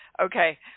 Okay